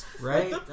Right